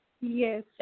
Yes